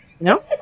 No